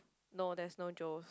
no there's no Joe's